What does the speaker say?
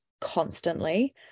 constantly